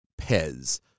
Pez